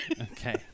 Okay